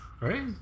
right